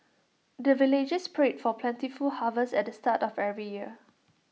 the villagers pray for plentiful harvest at the start of every year